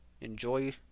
enjoy